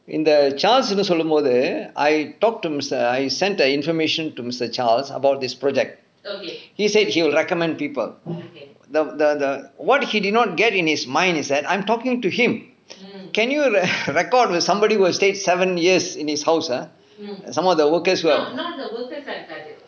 இந்த:intha charles னு சொல்லும்போது:nu sollumpothu I talked to I sent the information to mister charles about this project he said he will recommend people the the the what he did not get in his mind is that I'm talking to him can you record with somebody who has stayed seven years in his house some of the workers who are